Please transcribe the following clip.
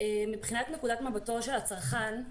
מבחינת נקודת מבטו של הצרכן,